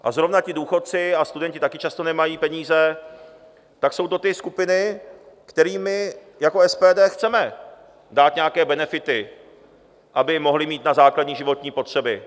A zrovna ti důchodci a studenti taky často nemají peníze, tak jsou to ty skupiny, kterým my jako SPD chceme dát nějaké benefity, aby mohly mít na základní životní potřeby.